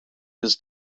his